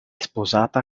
sposata